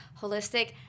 holistic